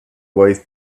wife